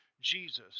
jesus